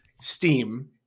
steam